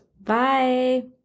Bye